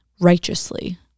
righteously